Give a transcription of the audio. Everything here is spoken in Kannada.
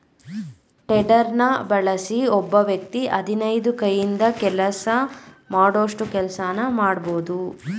ಟೆಡರ್ನ ಬಳಸಿ ಒಬ್ಬ ವ್ಯಕ್ತಿ ಹದಿನೈದು ಕೈಯಿಂದ ಕೆಲಸ ಮಾಡೋಷ್ಟು ಕೆಲ್ಸನ ಮಾಡ್ಬೋದು